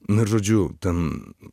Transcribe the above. nu ir žodžiu ten